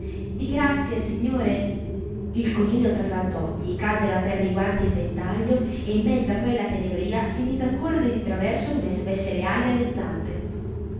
di grazia signore il coniglio trasaltò gli caddero a terra i guanti e il ventaglio e in mezzo a quella tenebrìa si mise a correre di traverso come se avesse le ali alle zampe